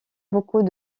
beaucoup